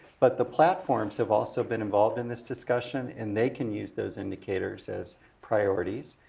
but the platforms have also been involved in this discussion, and they can use those indicators as priorities.